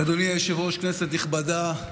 היושב-ראש, כנסת נכבדה,